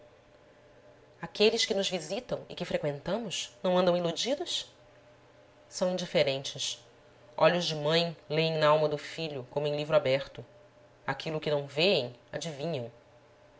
aqueles que nos visitam e que freqüentamos não andam iludidos são indiferentes olhos de mãe lêem nalma do filho como em livro aberto aquilo o que não vêem adivinham